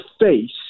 face